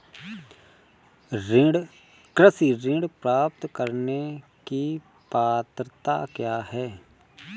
कृषि ऋण प्राप्त करने की पात्रता क्या है?